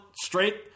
straight